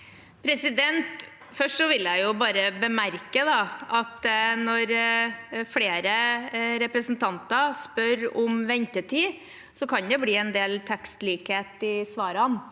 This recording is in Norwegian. Først vil jeg be- merke at når flere representanter spør om ventetid, kan det bli en del tekstlikhet i svarene